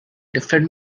different